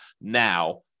now